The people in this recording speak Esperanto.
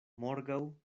morgaŭ